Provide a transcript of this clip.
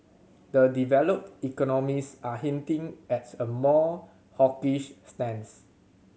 the developed economies are hinting as a more hawkish stance